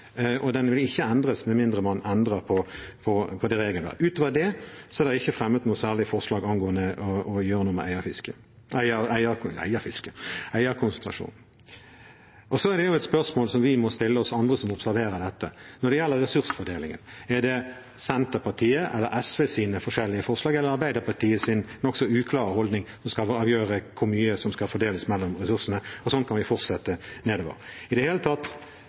og den vil ikke endres med mindre man endrer på de reglene. Utover det er det ikke blitt fremmet noen særlige forslag for å gjøre noe med eierkonsentrasjonen. Det er et spørsmål vi og andre som observerer dette, må stille oss om ressursfordelingen: Er det Senterpartiets eller SVs forskjellige forslag eller Arbeiderpartiets nokså uklare holdning som skal avgjøre hvor mye som skal fordeles av ressursene? Og slik kan vi fortsette nedover. Dette virker i det hele tatt